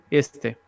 este